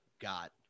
got